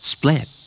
Split